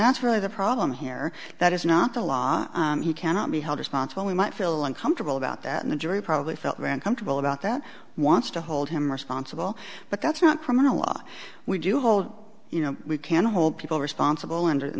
that's really the problem here that is not the law he cannot be held responsible we might feel uncomfortable about that in the jury probably felt very uncomfortable about that wants to hold him responsible but that's not criminal law we do hold you know we can hold people responsible and in